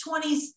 20s